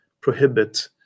prohibit